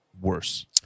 worse